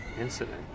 incident